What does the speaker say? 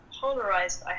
polarized